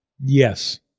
Yes